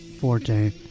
forte